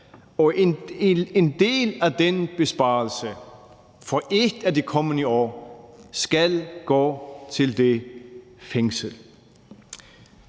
og en del af den besparelse for et af de kommende år skal gå til det fængsel.